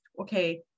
okay